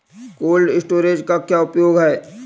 Cold storage का क्या उपयोग है?